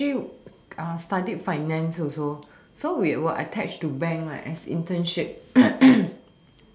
I actually studied finance also so we were attached to bank leh as internship